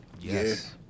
Yes